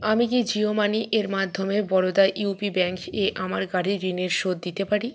আমি কি জিও মানি এর মাধ্যমে বরোদা ইউপি ব্যাঙ্ককে আমার গাড়ির ঋণের শোধ দিতে পারি